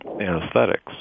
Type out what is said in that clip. anesthetics